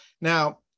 Now